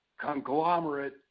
conglomerate